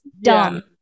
dumb